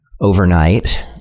overnight